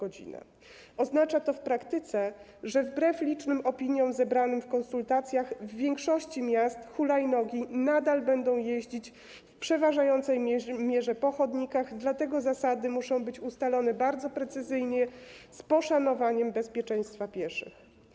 Oznacza to w praktyce, że wbrew licznym opiniom zebranym w konsultacjach w większości miast hulajnogi nadal będą jeździć w przeważającej mierze po chodnikach, dlatego zasady muszą być ustalone bardzo precyzyjnie, z poszanowaniem bezpieczeństwa pieszych.